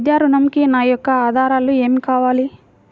విద్యా ఋణంకి నా యొక్క ఆధారాలు ఏమి కావాలి?